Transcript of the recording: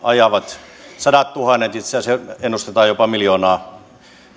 ajavat sadattuhannet eurooppaan itse asiassa ennustetaan jopa miljoonaa